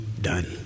done